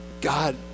God